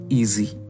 easy